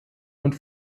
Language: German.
und